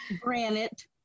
granite